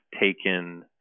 taken